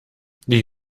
die